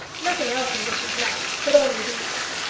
nothing else english is nice, but only these.